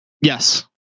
Yes